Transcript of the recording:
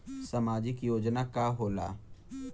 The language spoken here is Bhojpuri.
सामाजिक योजना का होला?